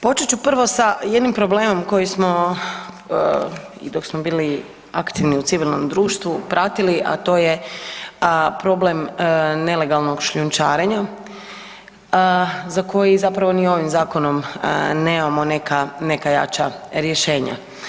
Počet ću prvo sa jednim problemom koji smo i dok smo bili aktivni u civilnom društvu pratili a to je problem nelegalnog šljunčarenja za koji zapravo ni ovim zakonom nemamo neka jača rješenja.